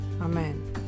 Amen